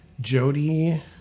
jody